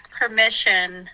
permission